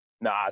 Nah